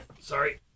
Sorry